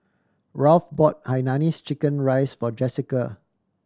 Ralph bought hainanese chicken rice for Jessica